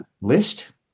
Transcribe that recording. list